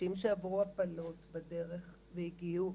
נשים שעברו הפלות בדרך והגיעו,